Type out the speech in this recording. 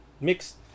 mixed